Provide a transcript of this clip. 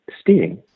stealing